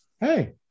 Hey